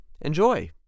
Enjoy